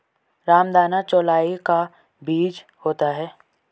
रामदाना चौलाई का बीज होता है